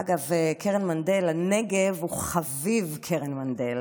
אגב, הנגב הוא חביב קרן מנדל.